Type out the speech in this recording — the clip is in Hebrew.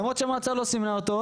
למרות שהמועצה לא סימנה אותו.